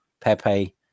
Pepe